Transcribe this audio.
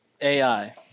AI